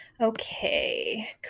Okay